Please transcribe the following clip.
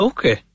Okay